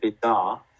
bizarre